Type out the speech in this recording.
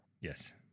Yes